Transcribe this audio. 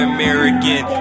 American